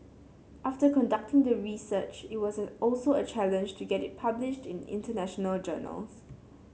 after conducting the research it was also a challenge to get it published in international journals